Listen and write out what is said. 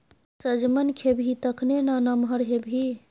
सजमनि खेबही तखने ना नमहर हेबही